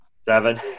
seven